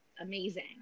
amazing